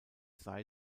sei